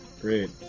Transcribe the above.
Great